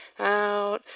out